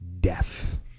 death